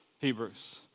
Hebrews